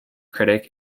critic